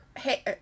hey